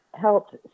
helped